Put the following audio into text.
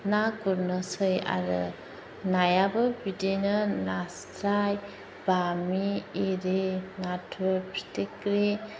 ना गुरनोसै आरो नायाबो बिदिनो नास्राय बामि आरि नाथुर फिथिख्रि